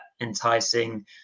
enticing